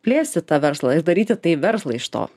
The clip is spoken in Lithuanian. plėsti tą verslą ir daryti tai verslą iš to